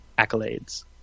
accolades